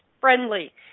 friendly